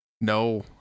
No